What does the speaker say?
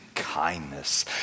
kindness